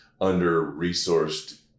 under-resourced